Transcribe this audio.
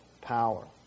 power